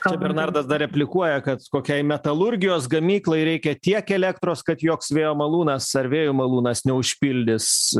čia bernardas dar replikuoja kad kokiai metalurgijos gamyklai reikia tiek elektros kad joks vėjo malūnas ar vėjo malūnas neužpildys